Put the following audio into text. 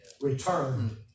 returned